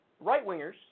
right-wingers